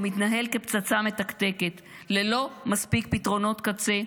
מתנהל כפצצה מתקתקת ללא מספיק פתרונות קצה.